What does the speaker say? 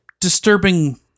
disturbing